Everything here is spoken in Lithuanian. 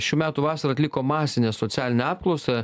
šių metų vasarą atliko masinę socialinę apklausą